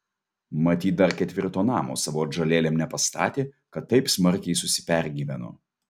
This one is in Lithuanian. matyt dar ketvirto namo savo atžalėlėm nepastatė kad taip smarkiai susipergyveno